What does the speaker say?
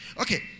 Okay